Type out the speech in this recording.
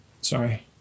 Sorry